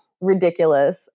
ridiculous